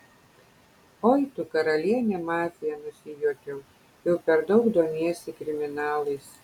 oi tu karaliene mafija nusijuokiau jau per daug domiesi kriminalais